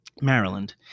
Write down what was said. Maryland